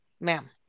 ma'am